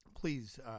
please